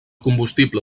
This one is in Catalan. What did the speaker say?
combustible